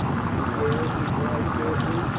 you dare? she cried fiercely.